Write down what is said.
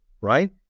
right